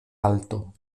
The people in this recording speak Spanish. alto